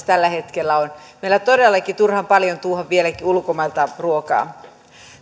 tällä hetkellä on meillä todella turhan paljon tuodaan vieläkin ulkomailta ruokaa